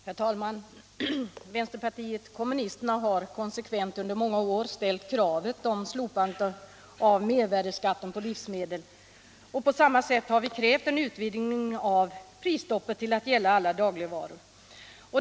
Herr talman! Vänsterpartiet kommunisterna har konsekvent under många år ställt kravet om slopande av mervärdeskatten på livsmedel. På samma sätt har vi krävt en utvidgning av prisstoppet till att gälla alla dagligvaror.